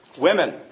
women